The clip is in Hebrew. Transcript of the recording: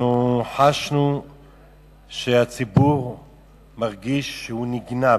אנחנו חשנו שהציבור מרגיש שהוא נגנב,